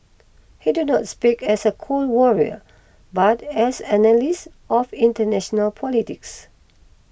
he did not speak as a Cold Warrior but as an analyst of international politics